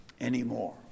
anymore